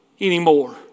anymore